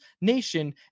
NATION